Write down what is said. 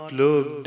look